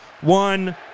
One